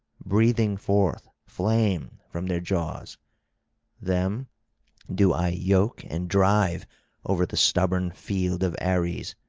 breathing forth flame from their jaws them do i yoke and drive over the stubborn field of ares,